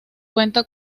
cuenta